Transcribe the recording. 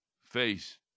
face